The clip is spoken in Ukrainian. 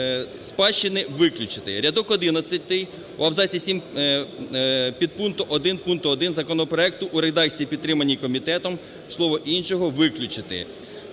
спадщини" виключити. Рядок одинадцятий у абзаці сім підпункту 1 пункту 1 законопроекту у редакції, підтриманій комітетом, слово "іншого" виключити.